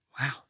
Wow